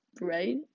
right